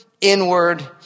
inward